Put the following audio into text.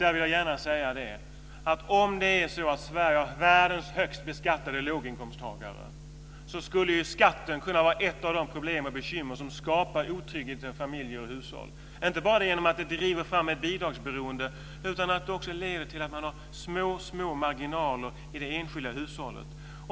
Där vill jag gärna säga att om det är så att Sverige har världens högst beskattade låginkomsttagare skulle skatten kunna vara ett av de problem och bekymmer som skapar otrygghet i familjer och hushåll - inte bara genom att den driver fram ett bidragsberoende utan också genom att den leder till att man har mycket små marginaler i det enskilda hushållet.